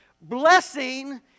Blessing